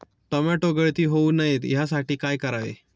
Tomato गळती होऊ नये यासाठी काय करावे?